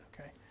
Okay